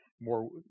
more